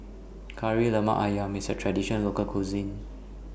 Kari Lemak Ayam IS A Traditional Local Cuisine